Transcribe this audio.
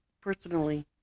Personally